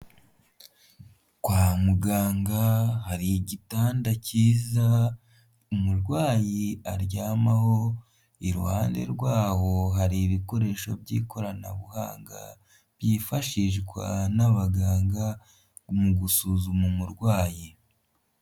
Kwa muganga hari igitanda cyiza umurwayi aryamaho, iruhande rwaho hari ibikoresho by'ikoranabuhanga byifashishwa n'abaganga mu gusuzuma umurwayi.